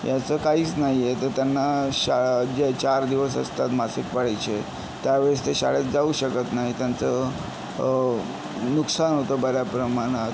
याचं काहीच नाही आहे तर त्यांना शाळा जे चार दिवस असतात मासिक पाळीचे त्या वेळेस ते शाळेत जाऊ शकत नाही त्यांचं नुकसान होतं बऱ्या प्रमाणात